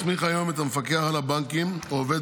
מסמיך היום את המפקח על הבנקים או עובד